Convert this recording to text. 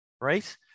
right